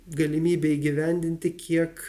galimybe įgyvendinti kiek